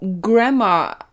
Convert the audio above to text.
Grandma